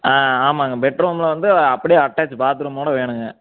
ஆ ஆமாம்ங்க பெட்ரூமில் வந்து அப்படியே அட்டாச் பாத்ரூம்மோட வேணும்ங்க